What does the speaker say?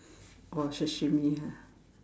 oh sashimi ah